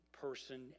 person